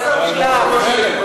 מה זה הביטוח המשלים?